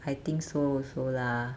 I think so so lah